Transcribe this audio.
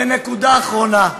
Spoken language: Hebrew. ונקודה אחרונה,